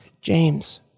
james